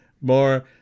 more